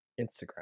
Instagram